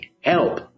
help